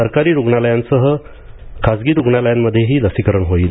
सरकारी रुग्णालयांसह खासगी रुग्णालयांमध्येही लसीकरण होईल